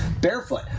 barefoot